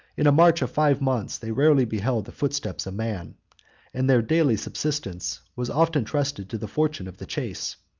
in a march of five months, they rarely beheld the footsteps of man and their daily subsistence was often trusted to the fortune of the chase.